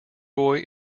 boy